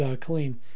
clean